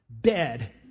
dead